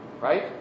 right